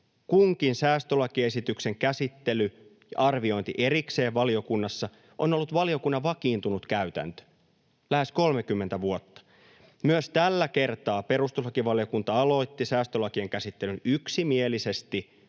Kunkin säästölakiesityksen käsittely ja arviointi erikseen valiokunnassa on ollut valiokunnan vakiintunut käytäntö lähes 30 vuotta. Myös tällä kertaa perustuslakivaliokunta aloitti säästölakien käsittelyn yksimielisesti,